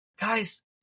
Guys